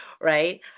Right